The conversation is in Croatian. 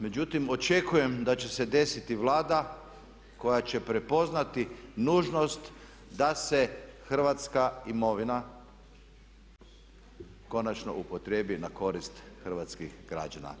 Međutim, očekujem da će se desiti Vlada koja će prepoznati nužnost da se hrvatska imovina konačno upotrijebi na korist hrvatskih građana.